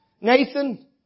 Nathan